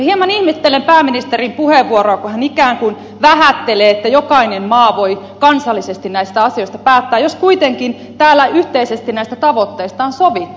hieman ihmettelen pääministerin puheenvuoroa kun hän ikään kuin vähättelee että jokainen maa voi kansallisesti näistä asioista päättää jos kuitenkin täällä yhteisesti näistä tavoitteista on sovittu